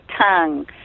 tongue